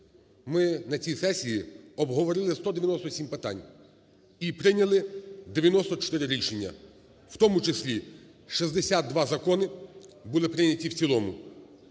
Ми на цій сесії обговорили 197 питань і прийняли 94 рішення, у тому числі 62 закони були прийняті в цілому,